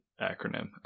acronym